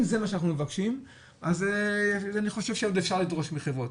אם זה מה שאנחנו מבקשים אז אני חושב שאת זה אפשר לדרוש מהחברות,